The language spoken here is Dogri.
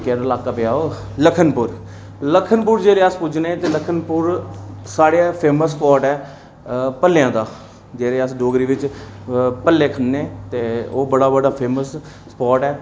केह्डा लाका पेआ ओह् लखनपुर लखनपुर जिसलै अस पुज्जने ते लखनपुर साढ़ा फेमस स्पॉट ऐ भल्लेआं दा जेह्ड़े अस डोगरी बिच भले खन्ने ते ओह् बड़ा बड्डा फेमस स्पाट ऐ